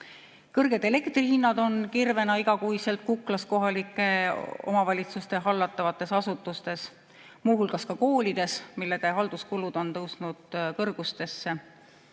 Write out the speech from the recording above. Kõrged elektrihinnad on kirvena igakuiselt kuklas kohalike omavalitsuste hallatavates asutustes, muu hulgas koolides, mille halduskulud on tõusnud kõrgustesse.